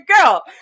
girl